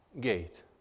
gate